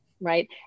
right